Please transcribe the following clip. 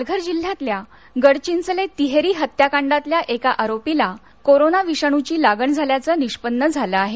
पालघर जिल्ह्यातल्या गडचिंचले तिहेरी हत्याकांडातल्या एका आरोपीला कोरोना विषाणूची लागण झाल्याचं निष्पन्न झालं आहे